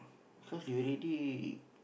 because you already